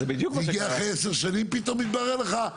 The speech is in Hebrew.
כמו הסעיף המנחה שקיים בחלופת שקד.